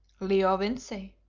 leo vincey.